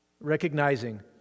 Recognizing